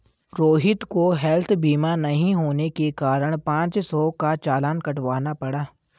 रोहित को हैल्थ बीमा नहीं होने के कारण पाँच सौ का चालान कटवाना पड़ा